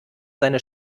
seine